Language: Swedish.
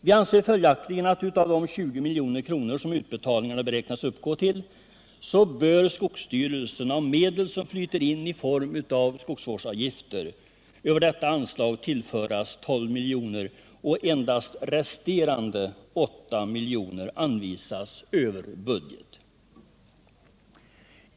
Vi anser följaktligen att av de 20 milj.kr. som utbetalningarna beräknas uppgå till bör skogsstyrelsen, av medel som flyter in i form av skogsvårdsavgifter, över detta anslag tillföras 12 milj.kr. och endast resterande 8 milj.kr. anvisas över budget.